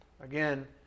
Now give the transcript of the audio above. again